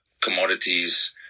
commodities